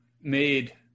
made